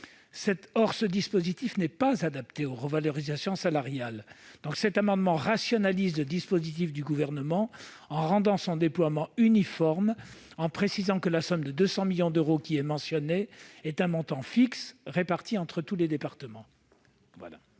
Or ce dispositif n'est pas adapté aux revalorisations salariales. Aussi, par cet amendement, nous proposons de rationaliser le dispositif gouvernemental en rendant son déploiement uniforme et en précisant que la somme de 200 millions d'euros est un montant fixe réparti entre tous les départements.